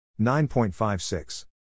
9.56